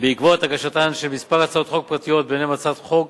בעקבות הגשת כמה הצעות חוק פרטיות, בהן הצעת חוק